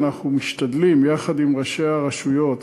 ואנחנו משתדלים יחד עם ראשי הרשויות,